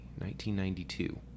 1992